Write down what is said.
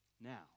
Now